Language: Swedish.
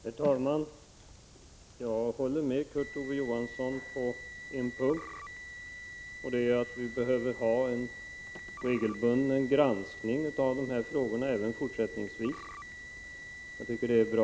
Herr talman! Jag håller med Kurt Ove Johansson på en punkt, nämligen att vi behöver ha en regelbunden granskning av dessa frågor även fortsätt — Regeringens handläggningsvis. Jag tycker att det är bra.